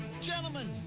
Gentlemen